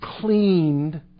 Cleaned